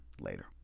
later